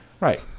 right